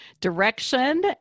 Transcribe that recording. direction